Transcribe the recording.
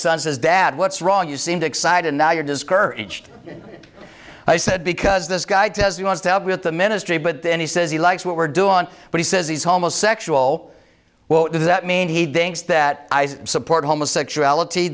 son says dad what's wrong you seem to excited now you're discouraged i said because this guy says he wants to help with the ministry but then he says he likes what we're doing on what he says he's homosexual what does that mean he thinks that support homosexuality